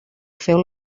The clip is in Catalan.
féu